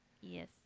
Yes